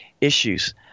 issues